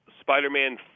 Spider-Man